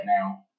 now